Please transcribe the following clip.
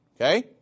Okay